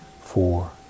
four